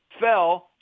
fell